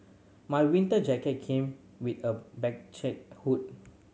my winter jacket came with a hood